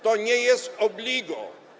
To nie jest obligo.